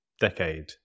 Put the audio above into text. decade